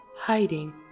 hiding